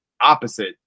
opposite